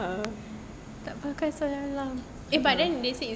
tak pakai seluar dalam